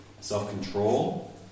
Self-control